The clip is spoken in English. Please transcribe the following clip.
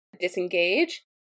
disengage